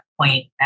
point